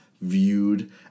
viewed